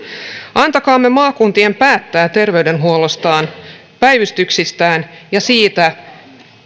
antakaamme maakuntien päättää terveydenhuollostaan päivystyksistään ja siitä